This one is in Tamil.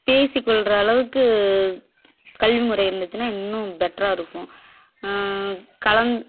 பேசிக்கொள்கிற அளவுக்கு கல்விமுறை இருந்துச்சின்னா இன்னும் பெட்டராக இருக்கும் கலந்